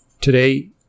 Today